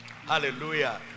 Hallelujah